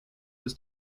was